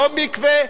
לא מקווה,